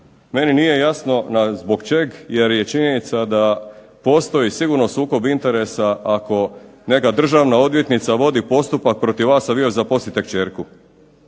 Meni nije jasno zbog čeg jer je činjenica da postoji sigurno sukob interesa ako neka državna odvjetnica vodi postupak protiv vas, a vi joj zaposlite kćerku